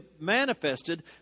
manifested